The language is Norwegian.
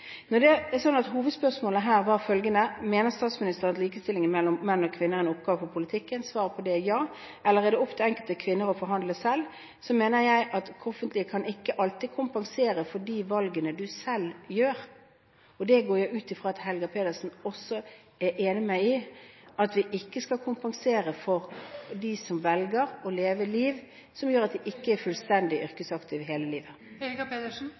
Hovedspørsmålet her var følgende: Mener statsministeren at likestilling mellom menn og kvinner er en oppgave for politikken? Svaret på det er ja. På spørsmålet om det er opp til den enkelte kvinne å forhandle selv, mener jeg at det offentlige ikke alltid kan kompensere for de valgene du selv gjør. Det går jeg ut fra at Helga Pedersen også er enig med meg i, at vi ikke skal kompensere for dem som velger å leve liv som gjør at de ikke er fullstendig yrkesaktive hele